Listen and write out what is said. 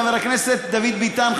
חבר הכנסת דוד ביטן,